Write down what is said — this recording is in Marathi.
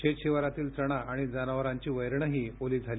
शेतशिवारातील चणा आणि जनावरांची वैरणही ओली झाली